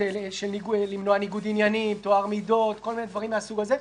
חשבתי להגיד בגדול מה הסוגיות העקרוניות שמתעוררות בהקשר הזה,